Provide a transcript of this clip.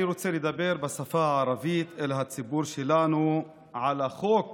אני רוצה לדבר בשפה הערבית אל הציבור שלנו על החוק